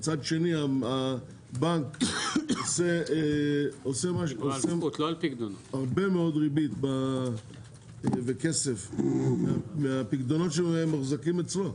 ומצד שני הבנק עושה הרבה מאוד ריבית וכסף מהפיקדונות שמוחזקים אצלו,